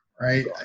right